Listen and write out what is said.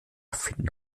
finden